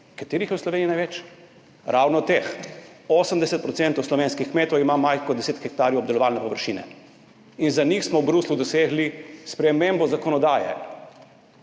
katerih je v Sloveniji največ? Ravno teh 80 % slovenskih kmetov ima manj kot deset hektarjev obdelovalne površine. In za njih smo v Bruslju dosegli spremembo zakonodaje